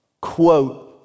quote